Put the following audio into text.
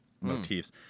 motifs